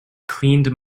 cleaned